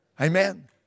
Amen